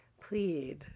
plead